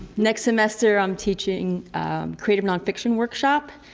next semester i'm teaching creative nonfiction workshop.